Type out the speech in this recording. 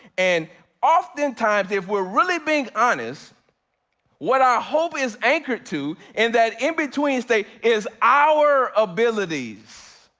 and oftentimes if we're really being honest what our hope is anchored to, and that in-between state is our abilities,